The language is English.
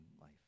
life